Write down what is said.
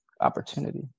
opportunity